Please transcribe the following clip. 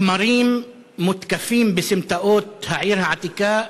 כמרים מותקפים בסמטאות העיר העתיקה,